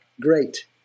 Great